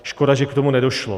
Škoda že k tomu nedošlo.